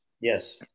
Yes